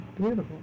beautiful